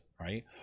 right